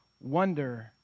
wonder